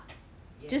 yes